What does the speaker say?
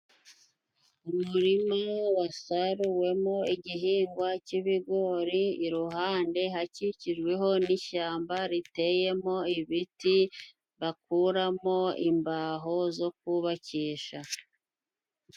Umurima wasaruwemo igihingwa cy'ibigori, iruhande hakikijweho n'ishyamba riteyemo ibiti bakuramo imbaho zo kubakisha.